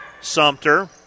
Sumter